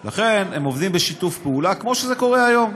לכן, הם עובדים בשיתוף פעולה, כמו שזה קורה היום.